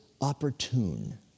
opportune